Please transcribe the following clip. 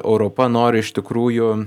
europa nori iš tikrųjų